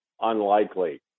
unlikely